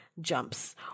jumps